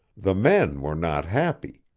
the men were not happy.